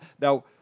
Now